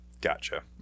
Gotcha